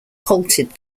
halted